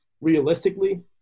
realistically